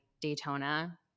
Daytona